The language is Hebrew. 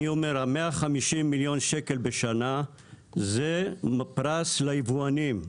אני אומר ה-150 מיליון ₪ בשנה זה פרס ליבואנים,